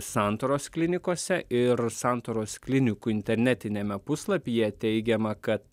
santaros klinikose ir santaros klinikų internetiniame puslapyje teigiama kad